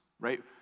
right